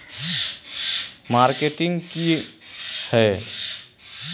Marketing की है?